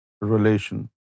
relation